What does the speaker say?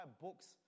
books